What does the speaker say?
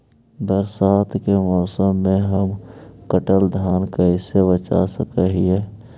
बरसात के मौसम में हम कटल धान कैसे बचा सक हिय?